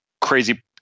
crazy